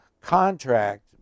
contract